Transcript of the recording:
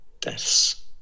deaths